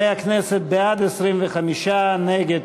נגד,